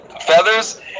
feathers